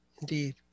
indeed